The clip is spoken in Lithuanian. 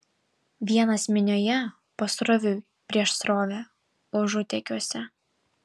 vienas minioje pasroviui prieš srovę užutėkiuose